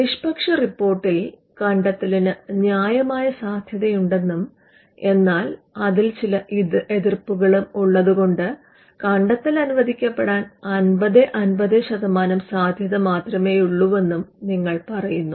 നിഷ്പക്ഷ റിപ്പോർട്ടിൽ കണ്ടെത്തലിന് ന്യായമായ സാദ്ധ്യതയുണ്ടെന്നും എന്നാൽ അതിൽ ചില എതിർപ്പുകളും ഉള്ളത് കൊണ്ട് കണ്ടെത്തൽ അനുവദിക്കപ്പെടാൻ 50 50 ശതമാനം സാദ്ധ്യത മാത്രമെയുള്ളുവെന്നും നിങ്ങൾ പറയുന്നു